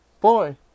boy